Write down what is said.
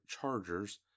Chargers